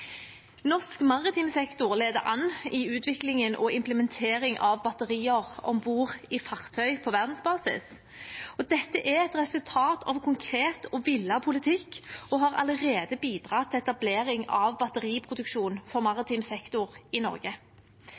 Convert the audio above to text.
Norsk maritim sektor leder an i utviklingen og implementeringen av batterier om bord i fartøy på verdensbasis, og dette er et resultat av en konkret og villet politikk og har allerede bidratt til etablering av batteriproduksjon for maritim sektor i Norge.